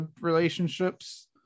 relationships